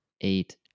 eight